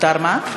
מותר מה?